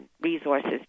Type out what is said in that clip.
resources